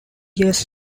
years